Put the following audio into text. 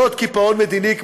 לא עוד קיפאון מדיני,